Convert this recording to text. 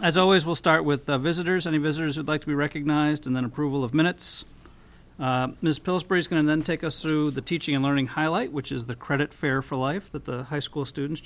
as always we'll start with the visitors any visitors would like to be recognized in the approval of minutes going to then take us through the teaching and learning highlight which is the credit fair for life that the high school students